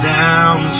down